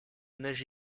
neige